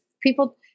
people